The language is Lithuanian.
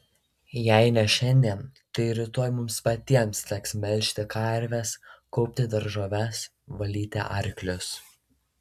jei ne šiandien tai rytoj mums patiems teks melžti karves kaupti daržoves valyti arklius